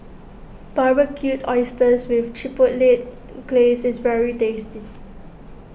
Barbecued Oysters with Chipotle Glaze is very tasty